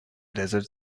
desert